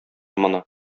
моны